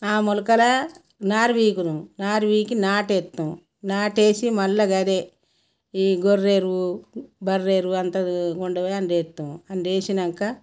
ఆ మొలకల నారి పీకుదాం నారి పీకి నాటు వేస్తాం నాటు వేసి మళ్ళ అదే ఈ గొర్రెరు బర్రెరు అంతా ఉండేవే అంత వేస్తాము అంద్ వేసినాక